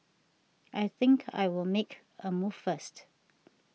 I think I'll make a move first